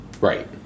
Right